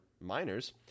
miners